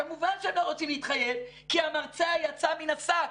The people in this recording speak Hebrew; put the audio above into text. כמובן שהם לא רוצים להתחייב כי המרצע יצא מן השק.